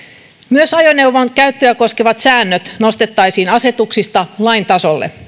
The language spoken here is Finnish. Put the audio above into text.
myös ajoneuvon käyttöä koskevat säännöt nostettaisiin asetuksista lain tasolle